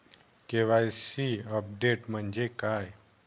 KYC update म्हणजे काय?